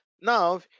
now